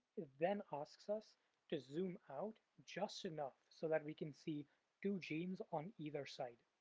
then asks us to zoom out just enough so that we can see two genes on either side.